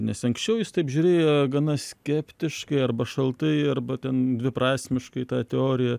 nes anksčiau jis taip žiūrėjo gana skeptiškai arba šaltai arba ten dviprasmiškai į tą teoriją